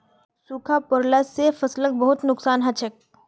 सूखा पोरला से फसलक बहुत नुक्सान हछेक